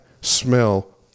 smell